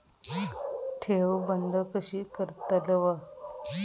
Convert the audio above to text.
ठेव बंद कशी करतलव?